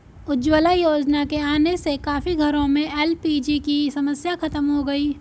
उज्ज्वला योजना के आने से काफी घरों में एल.पी.जी की समस्या खत्म हो गई